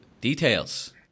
details